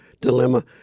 dilemma